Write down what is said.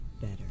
better